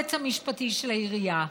והיועץ המשפטי של העירייה.